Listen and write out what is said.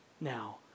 Now